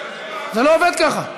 אתה רוצה, זה לא עובד ככה.